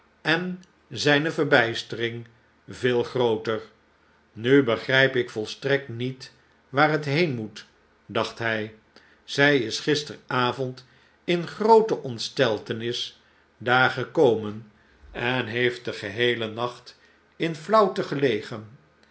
en zijne ver bijstering veel giooter nu begrijp ik volstrekt niet waar het heen moet dacht hij zij is gisteravond in groote ontsteltenis daar gekomen en heeft den geheelen nacht in flauwte